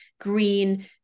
green